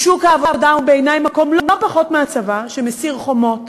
כי שוק העבודה הוא בעיני מקום שמסיר חומות